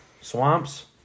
Swamps